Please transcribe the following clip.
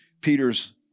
Peter's